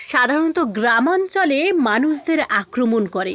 সাধারণত গ্রামাঞ্চলে মানুষদের আক্রমণ করে